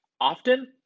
Often